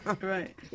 Right